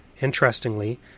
Interestingly